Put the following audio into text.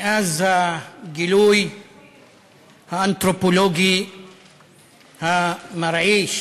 מאז הגילוי האנתרופולוגי המרעיש